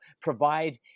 provide